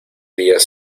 días